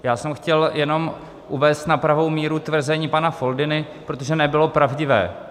Já jsem chtěl jenom uvést na pravou míru tvrzení pana Foldyny, protože nebylo pravdivé.